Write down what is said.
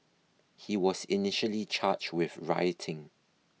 he was initially charged with rioting